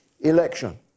election